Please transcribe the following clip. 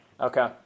Okay